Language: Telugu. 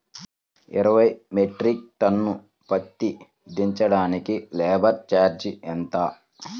ఇరవై మెట్రిక్ టన్ను పత్తి దించటానికి లేబర్ ఛార్జీ ఎంత?